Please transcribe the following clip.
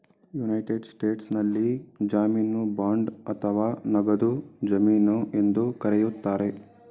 United ಸ್ಟೇಟ್ಸ್ನಲ್ಲಿ ಜಾಮೀನು bond ಅಥವಾ ನಗದು ಜಮೀನು ಎಂದು ಕರೆಯುತ್ತಾರೆ